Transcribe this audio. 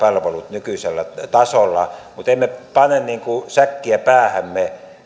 nykyisellä tasolla mutta emme pane niin kuin säkkiä päähämme